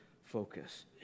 Focus